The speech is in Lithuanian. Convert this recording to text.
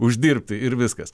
uždirbti ir viskas